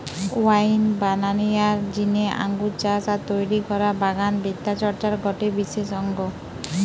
wine বানানিয়ার জিনে আঙ্গুর চাষ আর তৈরি করা বাগান বিদ্যা চর্চার গটে বিশেষ অঙ্গ